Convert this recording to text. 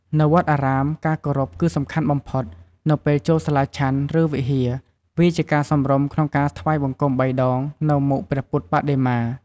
នៅវត្តអារាម ការគោរពគឺសំខាន់បំផុត នៅពេលចូលសាលាឆាន់ ឬ វិហារ វាជាការសមរម្យក្នុងការ ថ្វាយបង្គំ បីដងនៅមុខព្រះពុទ្ធបដិមា។